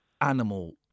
animal